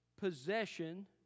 possession